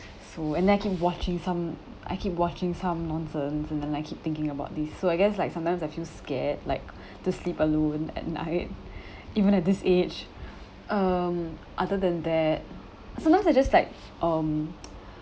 so and I keep watching some I keep watching some nonsense and then I keep thinking about this so I guess like sometimes I feel scared like to sleep alone at night even at this age um other than that sometimes I just like um